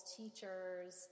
teachers